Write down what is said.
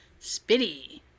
Spitty